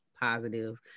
positive